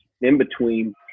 in-between